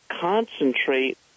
concentrate